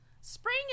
Spring